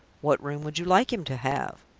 what room would you like him to have?